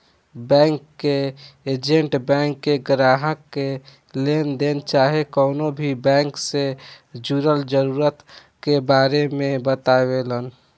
bank के agent bank के ग्राहक के लेनदेन चाहे कवनो भी बैंक से जुड़ल जरूरत के बारे मे बतावेलन